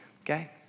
Okay